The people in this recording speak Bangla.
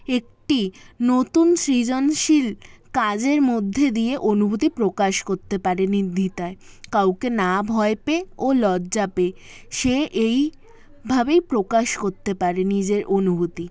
একটি নতুন সৃজনশীল কাজের মধ্যে দিয়ে অনুভূতি প্রকাশ করতে পারে নির্দ্বিধায় কাউকে না ভয় পেয়ে ও লজ্জা পেয়ে সে এইভাবেই প্রকাশ করতে পারে নিজের অনুভূতি